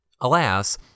Alas